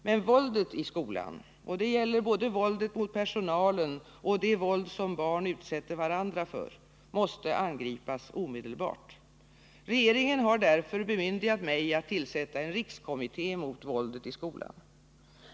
Men våldet i skolan — det gäller både våldet mot personalen och det våld som barn utsätter varandra för — måste angripas omedelbart. Regeringen har därför bemyndigat mig att tillsätta en rikskommitté mot våldet i skolan.